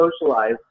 socialize